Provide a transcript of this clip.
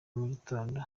mugitondo